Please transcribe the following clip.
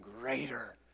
greater